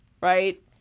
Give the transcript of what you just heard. right